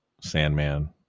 Sandman